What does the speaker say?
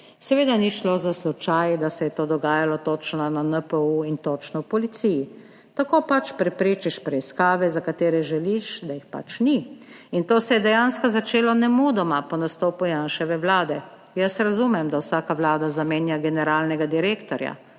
Seveda ni šlo za slučaj, da se je to dogajalo točno na NPU in točno v policiji - tako pač preprečiš preiskave, za katere želiš, da jih ni. In to se je dejansko začelo nemudoma po nastopu Janševe Vlade. Jaz razumem, da vsaka vlada zamenja generalnega direktorja